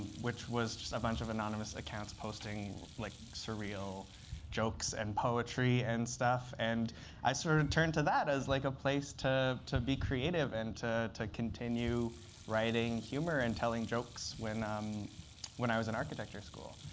which was just a bunch of anonymous accounts posting like surreal jokes and poetry and stuff. and i sort of turned to that as like a place to to be creative and to to continue writing humor and telling jokes when um when i was in architecture school.